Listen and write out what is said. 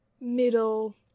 middle